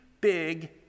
big